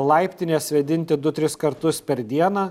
laiptines vėdinti du tris kartus per dieną